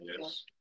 Yes